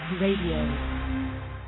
Radio